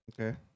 Okay